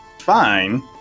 fine